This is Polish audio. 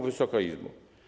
Wysoka Izbo!